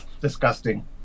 disgusting